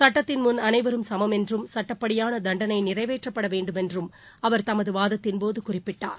சுட்டத்தின் முன் அனைவரும் சமம் என்றும் சட்டப்படியான தண்டனை நிறைவேற்றப்பட வேண்டுமென்றும் அவர் தமது வாதத்தின்போது குறிப்பிட்டார்